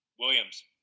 Williams